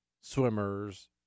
swimmers